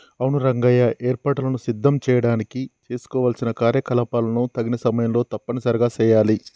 అవును రంగయ్య ఏర్పాటులను సిద్ధం చేయడానికి చేసుకోవలసిన కార్యకలాపాలను తగిన సమయంలో తప్పనిసరిగా సెయాలి